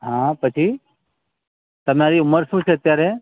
હા પછી તમારી ઉંમર શું છે અત્યારે